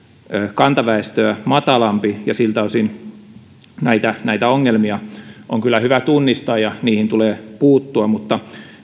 kantaväestöä matalampi ja siltä osin näitä näitä ongelmia on kyllä hyvä tunnistaa ja niihin tulee puuttua mutta